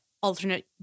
alternate